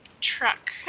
truck